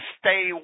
stay